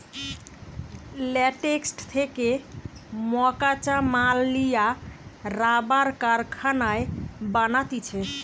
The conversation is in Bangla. ল্যাটেক্স থেকে মকাঁচা মাল লিয়া রাবার কারখানায় বানাতিছে